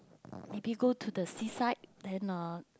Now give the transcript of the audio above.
maybe go to the seaside then uh